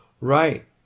Right